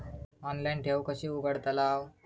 Online ठेव कशी उघडतलाव?